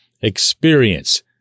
experience